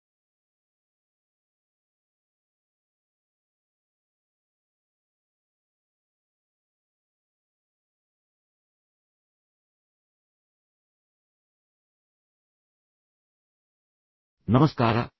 hello ಎಲ್ಲರಿಗೂ ನಮಸ್ಕಾರ